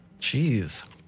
Jeez